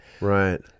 Right